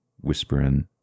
whispering